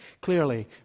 Clearly